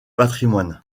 patrimoine